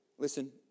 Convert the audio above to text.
Listen